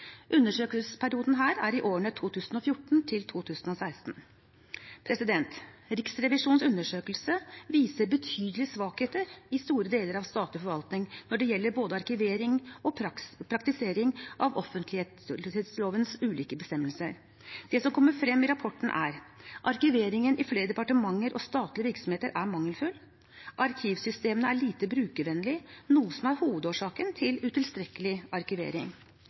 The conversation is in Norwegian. Undersøkelsesperioden her er årene 2014–2016. Riksrevisjonens undersøkelse viser betydelige svakheter i store deler av den statlige forvaltningen når det gjelder både arkivering og praktisering av offentlighetslovens ulike bestemmelser. Det som kommer frem i rapporten, er: Arkiveringen i flere departementer og statlige virksomheter er mangelfull. Arkivsystemene er lite brukervennlige, noe som er hovedårsaken til utilstrekkelig arkivering.